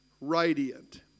radiant